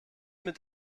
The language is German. mit